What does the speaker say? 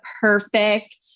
perfect